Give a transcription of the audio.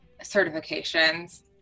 certifications